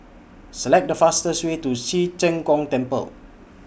Select The fastest Way to Ci Zheng Gong Temple